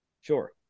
Sure